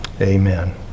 Amen